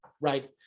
right